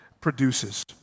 produces